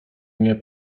nie